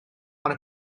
ond